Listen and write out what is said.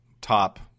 top